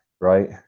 right